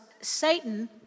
Satan